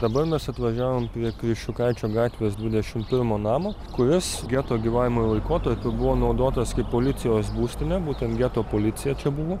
dabar mes atvažiavom prie kriščiukaičio gatvės dvidešimt pirmo namo kuris geto gyvavimo laikotarpiu buvo naudotas kaip policijos būstinė būtent geto policija čia buvo